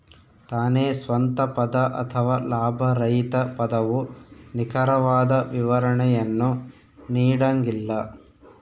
ತಾನೇ ಸ್ವಂತ ಪದ ಅಥವಾ ಲಾಭರಹಿತ ಪದವು ನಿಖರವಾದ ವಿವರಣೆಯನ್ನು ನೀಡಂಗಿಲ್ಲ